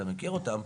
אתה מכיר אותן,